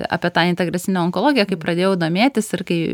apie tą integracinę onkologiją kai pradėjau domėtis ir kai